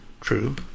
true